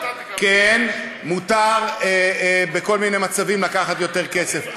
כן, מותר בכל מיני מצבים לקחת יותר כסף.